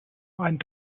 einen